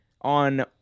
on